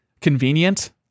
convenient